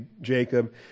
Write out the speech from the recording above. Jacob